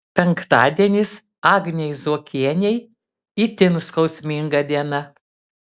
penktadienis agnei zuokienei itin skausminga diena